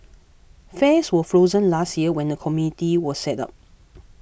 fares were frozen last year when the committee was set up